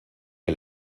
que